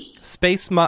Space